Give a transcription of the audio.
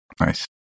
nice